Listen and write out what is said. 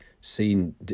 seen